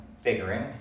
figuring